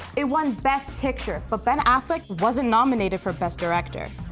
it won best picture, but ben affleck wasn't nominated for best director.